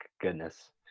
goodness